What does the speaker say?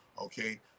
okay